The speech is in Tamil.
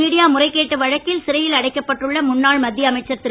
மீடியா முறைகேட்டு வழக்கில் சிறையில் அடைக்கப்பட்டுள்ள முன்னாள் மத்திய அமைச்சர் திரு